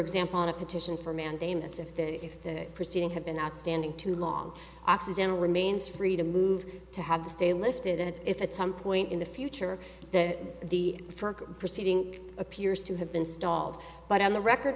example on a petition for mandamus if the if the proceeding had been outstanding too long occidental remains free to move to have the stay lifted if at some point in the future that the ferg proceeding appears to have been stalled but on the record